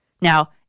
Now